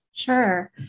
Sure